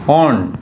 on